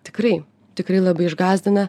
tikrai tikrai labai išgąsdina